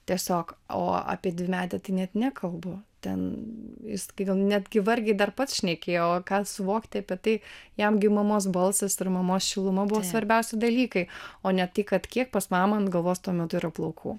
tiesiog o apie dvimetį tai net nekalbu ten įskaitant netgi vargiai dar pats šnekėjo o ką suvokti apie tai jam gi mamos balsas ir mamos šiluma buvo svarbiausi dalykai o ne tai kad kiek pas mamą ant galvos tuo metu yra plaukų